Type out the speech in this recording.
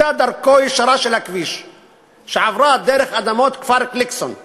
דרכו הישרה של הכביש עברה דרך אדמות כפר-גליקסון וגבעת-עדה.